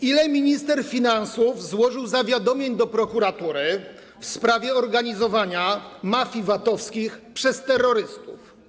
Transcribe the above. Ile minister finansów złożył zawiadomień do prokuratury w sprawie organizowania mafii VAT-owskich przez terrorystów?